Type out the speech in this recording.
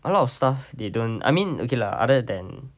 a lot of stuff they don't I mean okay lah other than